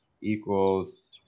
equals